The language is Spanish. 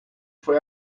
fue